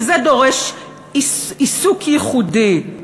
כי זה דורש עיסוק ייחודי.